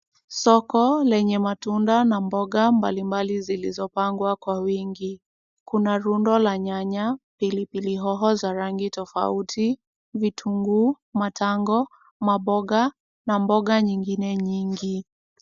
Soko lenye matunda na mboga mbali mbali zilizopangwa kwa wingi. Kuna rundo la nyanya, pilipili hoho za rangi tofauti, vitunguu, matango, maboga na mboga nyingine nyingi.